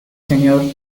señor